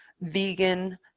vegan